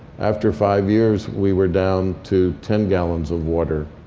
after five years, we were down to ten gallons of water